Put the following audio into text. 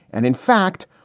and in fact,